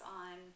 on